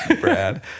Brad